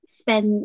spend